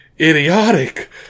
idiotic